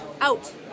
Out